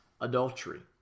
adultery